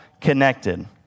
connected